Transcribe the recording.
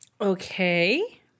Okay